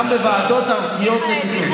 גם בוועדות ארציות לתכנון.